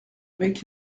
avec